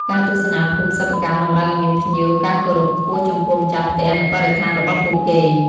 ការទស្សនាភូមិសិប្បកម្មតម្រូវឱ្យភ្ញៀវមាន ការគោរព ខ្ពស់ចំពោះម្ចាស់ផ្ទះ និងបរិស្ថានរបស់ពួកគេ។